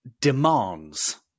demands